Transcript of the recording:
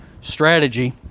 strategy